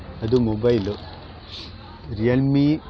ಅದು mobile Realme